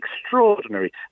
extraordinary